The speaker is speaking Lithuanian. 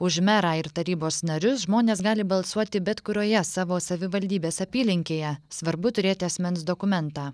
už merą ir tarybos narius žmonės gali balsuoti bet kurioje savo savivaldybės apylinkėje svarbu turėti asmens dokumentą